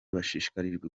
bashishikarijwe